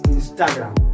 Instagram